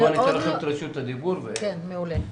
מעולה.